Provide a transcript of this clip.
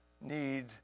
need